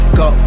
go